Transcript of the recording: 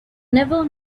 never